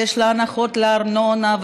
ויש לה הנחות בארנונה,